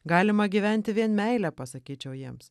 galima gyventi vien meile pasakyčiau jiems